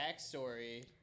backstory